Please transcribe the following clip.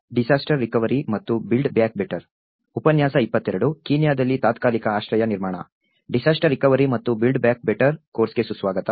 disaster recovery ಮತ್ತು build back better ಕೋರ್ಸ್ಗೆ ಸುಸ್ವಾಗತ